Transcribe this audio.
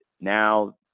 now